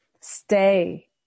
stay